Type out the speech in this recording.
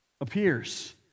appears